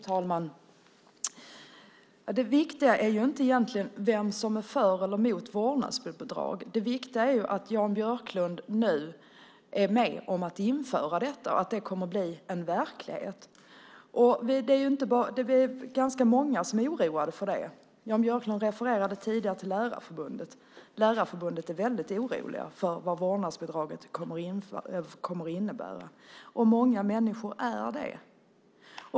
Fru talman! Det viktiga är egentligen inte vem som är för vårdnadsbidrag. Det viktiga är att Jan Björklund nu är med om att införa detta och att det kommer att bli en verklighet. Det är ganska många som är oroade för det. Jan Björklund refererade tidigare till Lärarförbundet. Lärarförbundet är väldigt oroligt för vad vårdnadsbidraget kommer att innebära. Många människor är det.